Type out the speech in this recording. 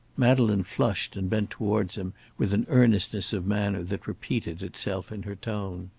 madeleine flushed and bent towards him with an earnestness of manner that repeated itself in her tone.